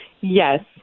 Yes